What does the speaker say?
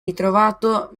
ritrovato